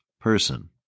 person